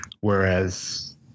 Whereas